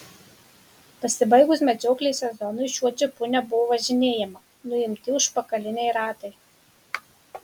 pasibaigus medžioklės sezonui šiuo džipu nebuvo važinėjama nuimti užpakaliniai ratai